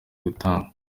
gutangwa